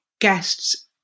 guests